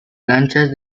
planchas